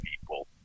people